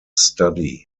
study